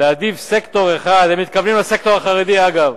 להעדיף סקטור אחד הם מתכוונים לסקטור החרדי, אגב,